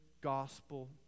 gospel